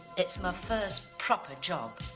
it's my first, proper job.